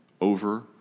over